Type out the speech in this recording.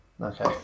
Okay